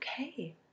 okay